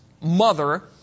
mother